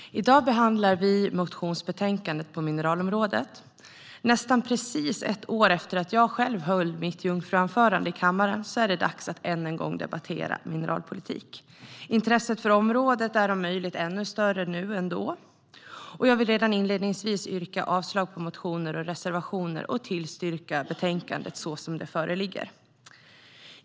Herr talman! I dag behandlar vi motionsbetänkandet på mineralområdet. Nästan precis ett år efter att jag höll mitt jungfruanförande i kammaren är det dags att än en gång debattera mineralpolitik. Intresset för området är om möjligt ännu större nu än då. Jag vill redan inledningsvis yrka avslag på motioner och reservationer och tillstyrka förslaget i betänkandet såsom det föreligger.